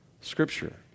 Scripture